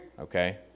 okay